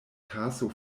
taso